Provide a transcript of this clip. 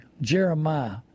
Jeremiah